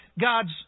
God's